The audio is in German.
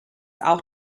auch